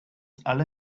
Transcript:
alle